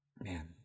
Man